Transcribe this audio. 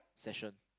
session